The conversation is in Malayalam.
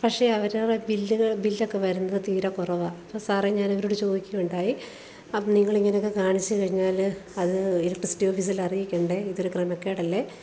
പക്ഷേ അവരുടെ ബി ബില്ലൊക്കെ വരുന്നത് തീരെ കുറവാണ് അപ്പോൾ സാറെ ഞാൻ അവരോട് ചോദിക്കുകയുണ്ടായി അപ്പോൾ നിങ്ങൾ ഇങ്ങനെയൊക്കെ കാണിച്ച് കഴിഞ്ഞാൽ അത് ഇലക്ട്രിസിറ്റി ഓഫീസിൽ അറിയിക്കണ്ടേ ഇതൊരു ക്രമക്കേടല്ലേ